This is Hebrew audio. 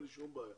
בלי שום בעיה.